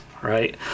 right